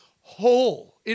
whole